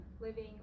living